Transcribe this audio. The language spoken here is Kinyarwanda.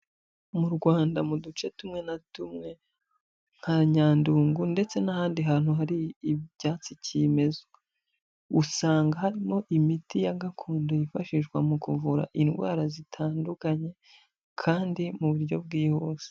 Mu Rwanda mu duce tumwe na tumwe nka Nyandungu ndetse n'ahandi hantu hari ibyatsi kimeza, usanga harimo imiti ya gakondo yifashishwa mu kuvura indwara zitandukanye kandi mu buryo bwihuse.